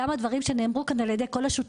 כל הדברים שנאמרו כאן על ידי השותפים